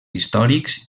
històrics